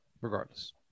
regardless